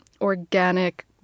organic